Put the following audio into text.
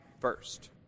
first